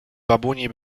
babuni